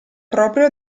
proprio